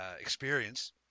experience